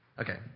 Okay